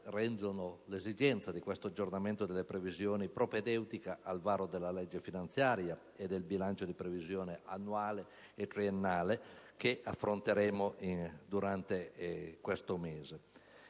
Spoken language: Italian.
rendono l'esigenza di questo aggiornamento delle previsioni propedeutico al varo della legge finanziaria e del bilancio di previsione annuale e triennale che affronteremo durante questa